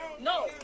No